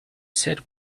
said